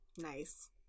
Nice